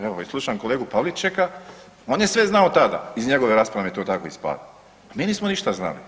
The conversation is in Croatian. Evo i slušam kolegu Pavličeka, on je sve znao tada, iz njegove rasprave mi to tako ispada, a mi nismo ništa znali.